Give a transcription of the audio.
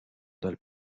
dal